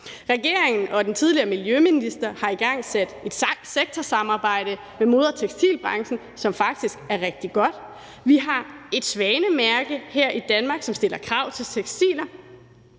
Regeringen og den tidligere miljøminister har igangsat et sektorsamarbejde med mode- og tekstilbranchen, som faktisk er rigtig godt. Vi har et svanemærke her i Danmark, som stiller krav til tekstiler,